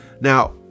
Now